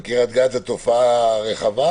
בקריית גת זו תופעה רחבה,